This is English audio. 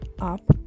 up